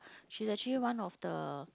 she's actually one of the